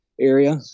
area